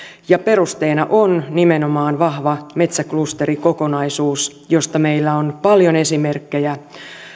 ja perusteena on nimenomaan vahva metsäklusterikokonaisuus josta meillä on paljon esimerkkejä